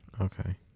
Okay